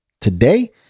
today